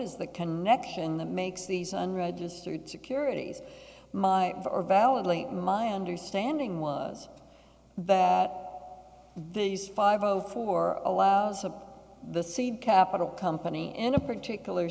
is the connection that makes these unregistered securities my for validly my understanding was that these five o four allows the seed capital company in a particular